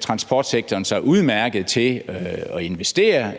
transportsektoren sig udmærket til at investere